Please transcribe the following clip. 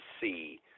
see